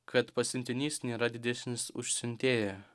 kad pasiuntinys nėra didesnis už siuntėją